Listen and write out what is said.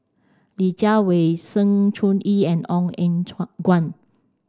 Li Jiawei Sng Choon Yee and Ong Eng Guan